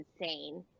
insane